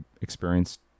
experienced